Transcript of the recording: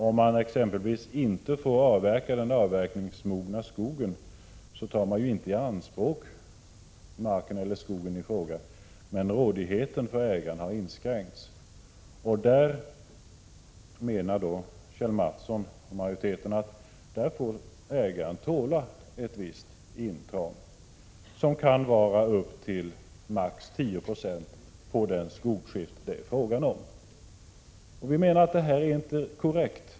Om man exempelvis inte får avverka den avverkningsmogna skogen, tar man inte i anspråk marken eller skogen i fråga, men rådigheten har inskränkts för ägarna. I de fallen, menar Kjell Mattsson och majoriteten, att ägarna får tåla ett visst intrång som kan vara upp till maximalt 10 26 på det skogsskifte det är fråga om. Vi menar att detta inte är korrekt.